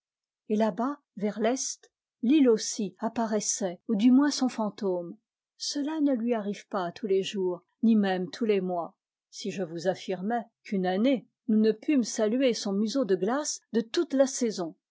et là-bas vers l'est l'île aussi apparaissait ou du moins son fantôme cela ne lui arrive pas tous les jours ni même tous les mois si je vous affirmais qu'une année nous ne pûmes saluer son museau de glace de toute la saison